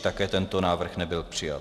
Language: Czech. Také tento návrh nebyl přijat.